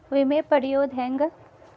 ವಿಮೆ ಪಡಿಯೋದ ಹೆಂಗ್?